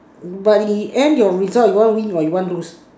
but in the end your results you want win or you want lose